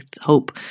hope